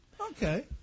Okay